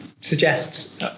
suggests